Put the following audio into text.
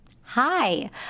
Hi